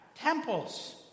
temples